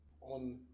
on